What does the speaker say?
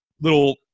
little